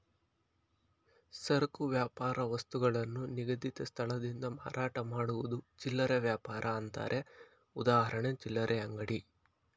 ಸರಕು ವ್ಯಾಪಾರ ವಸ್ತುಗಳನ್ನು ನಿಗದಿತ ಸ್ಥಳದಿಂದ ಮಾರಾಟ ಮಾಡುವುದು ಚಿಲ್ಲರೆ ವ್ಯಾಪಾರ ಅಂತಾರೆ ಉದಾಹರಣೆ ಚಿಲ್ಲರೆ ಅಂಗಡಿ